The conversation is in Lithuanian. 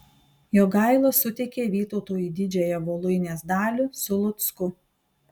jogaila suteikė vytautui didžiąją voluinės dalį su lucku